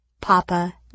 Papa